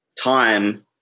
time